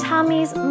Tommy's